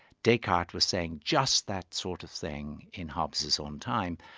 descartes was saying just that sort of thing in hobbes' own time.